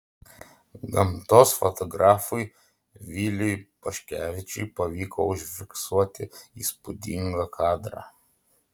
gamtos fotografui viliui paškevičiui pavyko užfiksuoti įspūdingą kadrą